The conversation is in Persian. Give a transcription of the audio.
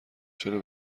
چرا